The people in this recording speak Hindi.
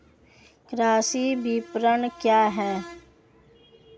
कृषि विपणन क्या है?